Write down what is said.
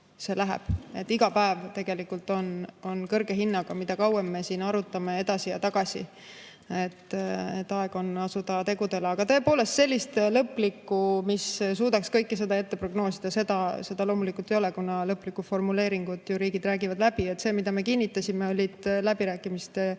see läheb. Iga päev tegelikult on kõrge hinnaga, mida kauem me siin arutame edasi ja tagasi. Aeg on asuda tegudele. Aga tõepoolest, sellist lõplikku [hinnangut], mis suudaks kõike seda prognoosida, seda loomulikult ei ole, kuna lõplikku formuleeringut riigid räägivad läbi. See, mida me kinnitasime, olid läbirääkimistesse